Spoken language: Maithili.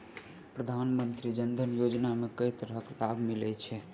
प्रधानमंत्री जनधन योजना मे केँ तरहक लाभ मिलय छै?